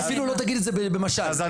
אפילו לא תגיד את זה במשל .